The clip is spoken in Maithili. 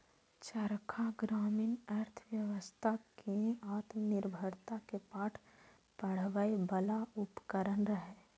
चरखा ग्रामीण अर्थव्यवस्था कें आत्मनिर्भरता के पाठ पढ़बै बला उपकरण रहै